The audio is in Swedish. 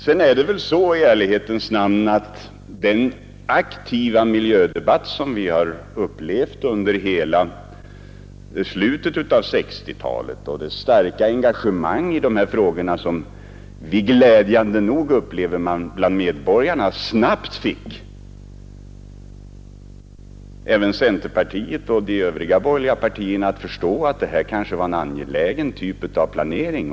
Sedan är det väl så, i ärlighetens namn, att den aktiva miljödebatt som vi har upplevt under hela slutet av 1960-talet och det starka engagemang i de här frågorna som vi glädjande nog upplever bland medborgarna snabbt fick även centerpartiet och de övriga borgerliga partierna att förstå att det här är en angelägen planering.